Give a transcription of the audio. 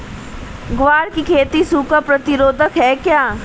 ग्वार की खेती सूखा प्रतीरोधक है क्या?